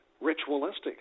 ritualistic